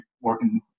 working